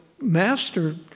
Master